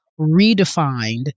redefined